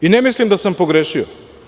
Ne mislim da sam pogrešio.